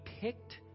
picked